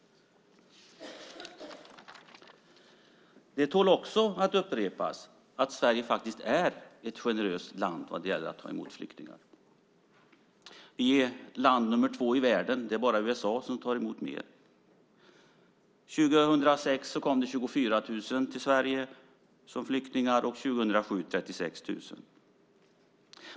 Det tål också att upprepas att Sverige är ett generöst land vad gäller att ta emot flyktingar. Sverige är land nr 2 i världen. Det är bara USA som tar emot fler. År 2006 kom 24 000 flyktingar till Sverige och år 2007 kom 36 000.